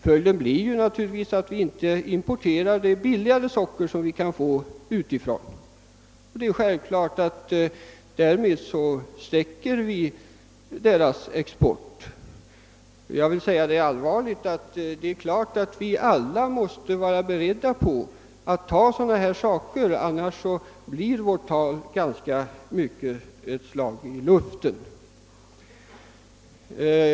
Följden blir naturligtvis att vi inte importerar det billigare socker som vi skulle kunna få, och det är självklart att vi därmed stäcker vissa länders exportmöjligheter. — Detta är allvarliga saker, och vi måste vara beredda att ta konsekvenserna; annars blir våra åtgärder till betydande del slag i luften.